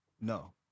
no